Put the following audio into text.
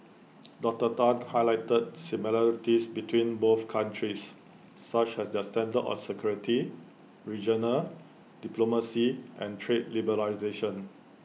Doctor Tan highlighted similarities between both countries such as their stand on security regional diplomacy and trade liberalisation